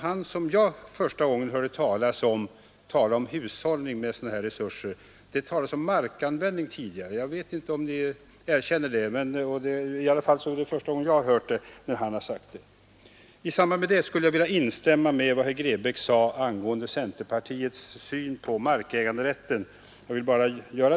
Den första jag hörde tala om hushållning med sådana här resurser var just herr Grebäck. Tidigare talades om markanvändning. I samband därmed skulle jag vilja instämma i vad herr Grebäck sade angående centerpartiets syn på markäganderätten.